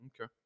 Okay